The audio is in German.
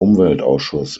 umweltausschuss